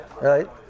Right